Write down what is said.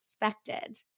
expected